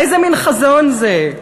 איזה מין חזון זה?